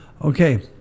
okay